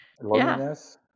loneliness